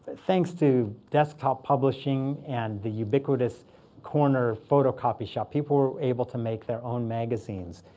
thanks to desktop publishing and the ubiquitous corner photocopy shop, people were able to make their own magazines.